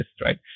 right